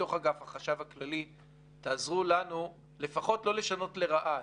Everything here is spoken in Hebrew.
שבתוך אגף החשב הכללי יעזרו לנו לפחות לא לשנות לרעה.